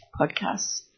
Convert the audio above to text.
podcasts